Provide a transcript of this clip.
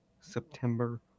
September